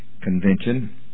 convention